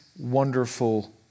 wonderful